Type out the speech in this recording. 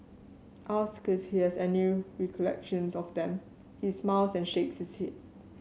asked if he has any recollections of them he smiles and shakes his head